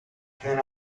can